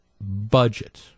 budget